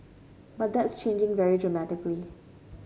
but that's changing very dramatically